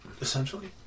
Essentially